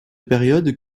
période